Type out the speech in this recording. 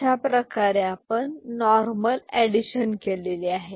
अशाप्रकारे आपण normal addition केलेली आहे